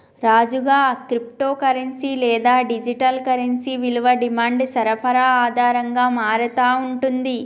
రాజుగా, crypto currency లేదా digital currency విలువ డిమాండ్ సరఫరా ఆధారంగా మారతా ఉంటుంది